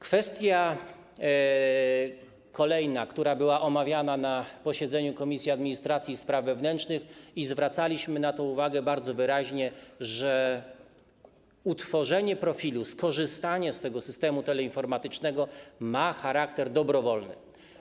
Kwestia kolejna, która była omawiana na posiedzeniu Komisji Administracji i Spraw Wewnętrznych, i zwracaliśmy na to uwagę bardzo wyraźnie, że utworzenie profilu, skorzystanie z tego systemu teleinformatycznego ma charakter dobrowolny.